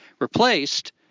replaced